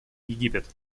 египет